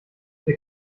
wir